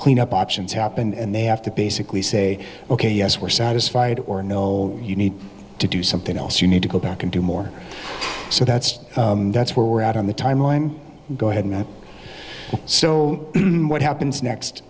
clean up options happen and they have to basically say ok yes we're satisfied or no you need to do something else you need to go back and do more so that's that's where we're at on the timeline go ahead and so what happens next